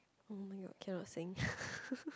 oh-my-god cannot sing